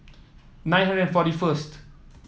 nine hundred forty first